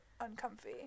uncomfy